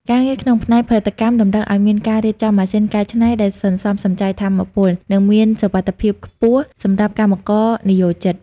ការងារក្នុងផ្នែកផលិតកម្មតម្រូវឱ្យមានការរៀបចំម៉ាស៊ីនកែច្នៃដែលសន្សំសំចៃថាមពល និងមានសុវត្ថិភាពខ្ពស់សម្រាប់កម្មករនិយោជិត។